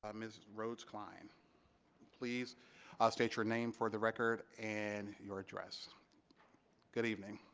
ah ms rhodes klein please state your name for the record and your address good evening